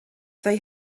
they